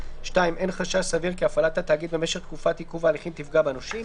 (2)אין חשש סביר כי הפעלת התאגיד במשך תקופת עיכוב ההליכים תפגע בנושים,